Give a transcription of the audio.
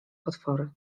potwory